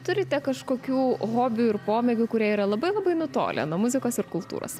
turite kažkokių hobių ir pomėgių kurie yra labai labai nutolę nuo muzikos ir kultūros